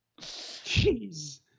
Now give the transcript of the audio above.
Jeez